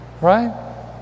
right